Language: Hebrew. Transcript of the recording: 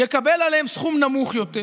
חבל מאוד שיש כאן לוביסטים של צד